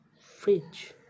fridge